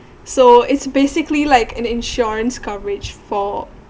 so it's basically like an insurance coverage for